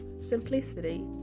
simplicity